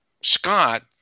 Scott